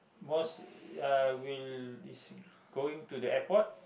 most uh will is going to the airport